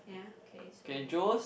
yeah okay so your